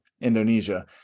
Indonesia